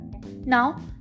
now